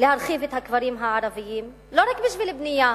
להרחיב את הכפרים הערביים לא רק בשביל בנייה,